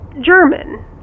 German